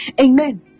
amen